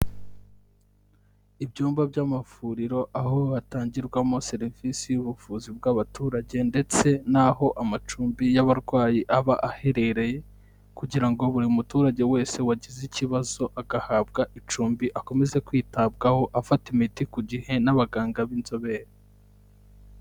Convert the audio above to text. Ibyumba by'amavuriro, aho hatangirwamo serivisi y'ubuvuzi bw'abaturage ndetse n'aho amacumbi y'abarwayi aba aherereye kugira ngo buri muturage wese wagize ikibazo agahabwa icumbi akomeze kwitabwaho afata imiti ku gihe n'abaganga b'inzobere.